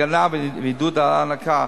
הגנה ועידוד ההנקה,